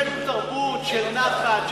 הבאנו תרבות של נחת,